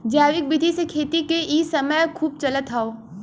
जैविक विधि से खेती क इ समय खूब चलत हौ